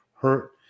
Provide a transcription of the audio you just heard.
hurt